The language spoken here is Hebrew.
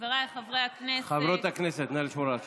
חבריי חברי הכנסת, חברות הכנסת, נא לשמור על שקט.